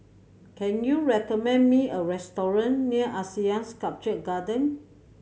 can you recommend me a restaurant near ASEAN Sculpture Garden